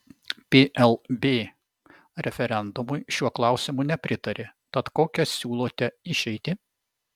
plb referendumui šiuo klausimu nepritarė tad kokią siūlote išeitį